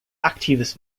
aktives